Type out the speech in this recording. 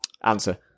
Answer